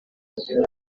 ariko